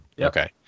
Okay